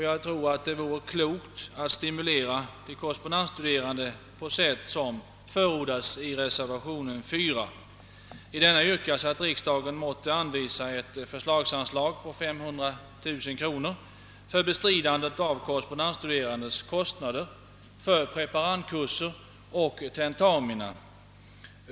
Jag tror att det vore klokt att stimulera de korrespondensstuderande på sätt som förordas i reservation 4. I denna yrkas att riksdagen måtte anvisa ett förslagsanslag på 500 000 kronor för bestridande av korrespondensstuderandes kostnader för preparandkurser och tentamina.